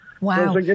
Wow